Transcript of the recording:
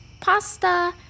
pasta